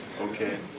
Okay